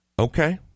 Okay